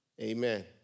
Amen